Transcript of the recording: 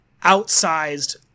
outsized